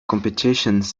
competitions